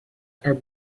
are